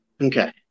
Okay